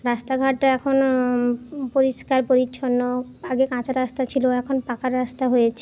রাস্তাঘাট এখন পরিষ্কার পরিচ্ছন্ন আগে কাঁচা রাস্তা ছিলো এখন পাকা রাস্তা হয়েছে